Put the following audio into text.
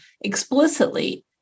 explicitly